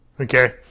Okay